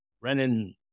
Renan